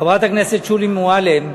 חברת הכנסת שולי מועלם,